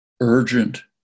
urgent